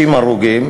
60 הרוגים